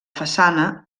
façana